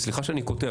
וסליחה שאני קוטע,